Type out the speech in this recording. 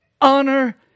honor